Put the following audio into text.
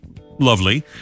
lovely